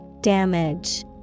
Damage